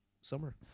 summer